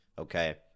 Okay